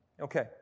okay